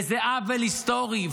וזה עוול היסטורי.